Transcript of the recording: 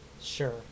Sure